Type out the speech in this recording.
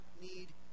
need